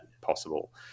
possible